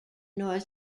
north